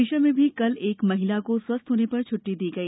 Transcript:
विदिशा मे भी कल एक महिला को स्वस्थ होने पर छट्टी दी गई